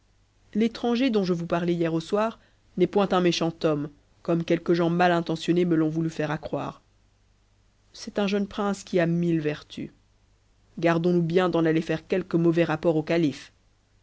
l'étranger dont je vous parlais hier au soir n'est point un méchant homme comme quelques gens malintentionnés me t'ont voulu faire accroire c'est un jeune prince qui a mille vertus gardons-nous bien d'en aller faire quelque mauvais rapport au calife